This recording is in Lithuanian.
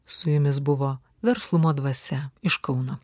su jumis buvo verslumo dvasia iš kauno